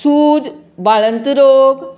सूज वाळंत रोग